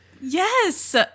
Yes